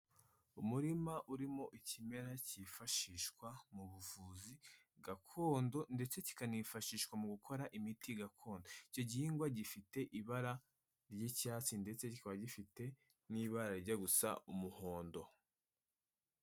Umurima urimo ikimera cyifashishwa mu buvuzi gakondo ndetse kikanifashishwa mu gukora imiti gakondo. Icyo gihingwa gifite ibara ry'icyatsi ndetse kikaba gifite n'ibara rijya gusa umuhondo.